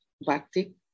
batik